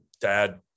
dad